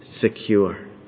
secure